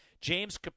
James